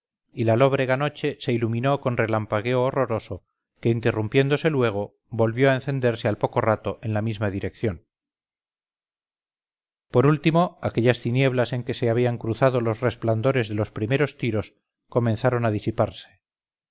y la lóbrega noche se iluminó con relampagueo horroroso que interrumpiéndose luego volvió a encenderse al poco rato en la misma dirección por último aquellas tinieblas en que se habían cruzado los resplandores de los primeros tiros comenzaron a disiparse